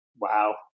Wow